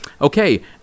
Okay